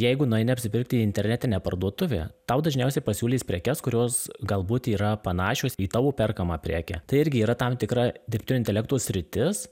jeigu nueini apsipirkti į internetinę parduotuvę tau dažniausiai pasiūlys prekes kurios galbūt yra panašios į tavo perkamą prekę tai irgi yra tam tikra dirbtinio intelekto sritis